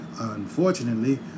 unfortunately